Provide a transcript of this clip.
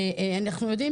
אנחנו יודעים